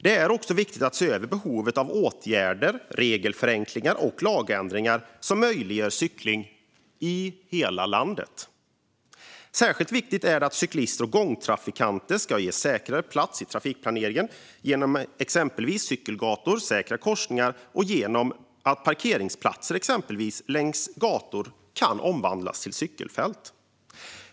Det är också viktigt att se över behovet av åtgärder, regelförenklingar och lagändringar som möjliggör cykling i hela landet. Särskilt viktigt är det att cyklister och gångtrafikanter ges en säkrare plats i trafikplaneringen genom exempelvis cykelgator och säkra korsningar och genom att parkeringsplatser längs gator kan omvandlas till cykelfält.